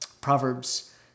Proverbs